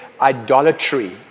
idolatry